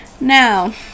Now